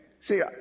See